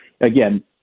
again